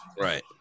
right